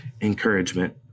encouragement